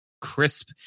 crisp